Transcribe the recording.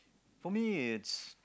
for me it's